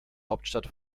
hauptstadt